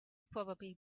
probably